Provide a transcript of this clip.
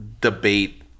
debate